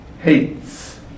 hates